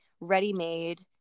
ready-made